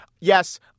Yes